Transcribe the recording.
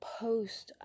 post